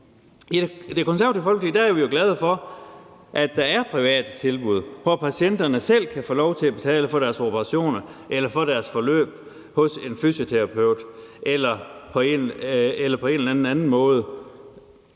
I Det Konservative Folkeparti er vi jo glade for, at der er private tilbud, hvor patienterne selv kan få lov til at betale for deres operationer eller for deres forløb hos en fysioterapeut eller andet på en anden måde.